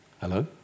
Hello